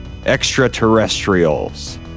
extraterrestrials